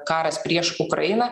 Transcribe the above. karas prieš ukrainą